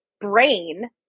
brain